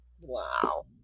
Wow